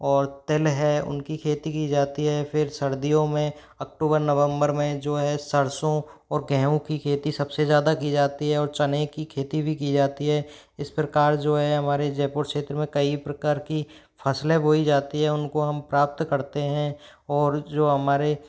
और तिल है उन की खेती की जाती है फिर सर्दियों में अक्तूबर नवम्बर में जो है सरसों और गेहूं की खेती सब से ज़्यादा की जाती है और चने की खेती भी की जाती है इस प्रकार जो है हमारे जयपुर क्षेत्र में कई प्रकार की फ़सलें बोई जाती हैं उन को हम प्राप्त करते हैं और जो हमारी